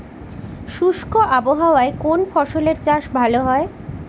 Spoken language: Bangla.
শুষ্ক আবহাওয়ায় কোন ফসলের চাষ ভালো হয়?